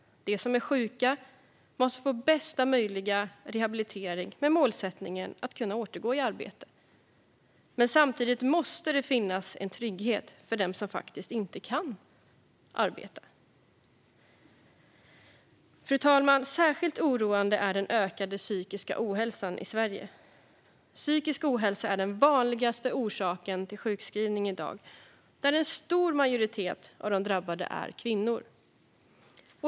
De som är sjuka måste få bästa möjliga rehabilitering med målsättningen att kunna återgå i arbete, men samtidigt måste det finnas en trygghet för dem som faktiskt inte kan arbeta. Särskilt oroande är den ökande psykiska ohälsan i Sverige. Psykisk ohälsa är den vanligaste orsaken till sjukskrivning i dag, och en stor majoritet av de drabbade är kvinnor.